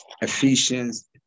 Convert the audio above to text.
Ephesians